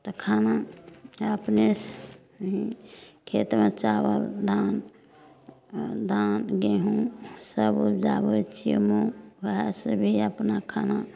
तऽ खाना अपने खेतमे चाबल धान धान गेहूँ सब उपजाबैत छियै हमे ओएह से भी अपना खाना